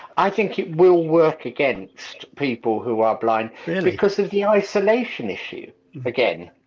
i think it will work against people who are blind because of the isolation issue again!